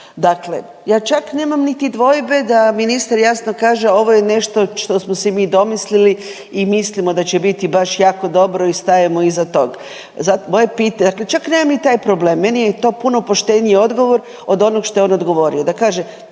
Dakle, ja čak nemam niti dvojbe da ministar jasno kaže, ovo je nešto što smo si mi domislili i mislimo da će biti baš jako dobro i stajemo iza tog. .../nerazumljivo/... moje pitanje, dakle čak nemam ni taj problem, meni je to puno pošteniji odgovor od onog što je on odgovorio,